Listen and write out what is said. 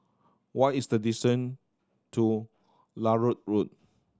what is the distant to Larut Road